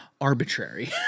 arbitrary